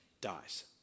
dies